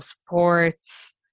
supports